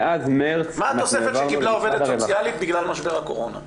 מאז מרס אנחנו העברנו למשרד הרווחה --- מה